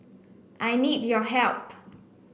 I need your help